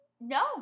No